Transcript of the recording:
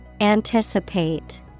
Anticipate